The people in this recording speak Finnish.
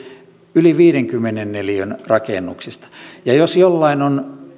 yli viidenkymmenen neliön rakennuksista jos jollain on